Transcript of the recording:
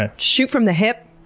ah shoot from the hip.